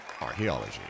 Archaeology